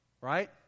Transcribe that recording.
Right